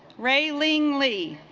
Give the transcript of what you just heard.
railing lee